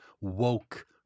woke